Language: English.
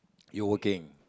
you working